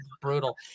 brutal